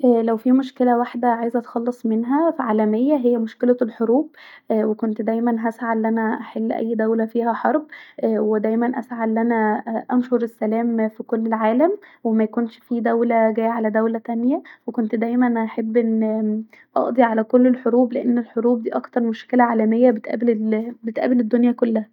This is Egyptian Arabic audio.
لو في مشكله واحدة عايزه اتخلص منها عالميه هي مشكله الحروب اااا وكنت دايما هسعي أن انا احل اي دوله فيها حرب وكنت دايما هسعي أن انا انشر السلام في كل العالم وميكونش فيه دوله جايه علي دوله تانيه وكنت دايما هحب أن اقضي علي كل الحروب لأن الحروب ديه اكتر مشكله عاليه بتقابل ال ااا بتقابل الدنيا كلها